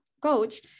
Coach